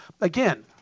Again